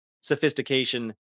sophistication